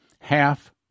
half